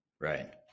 Right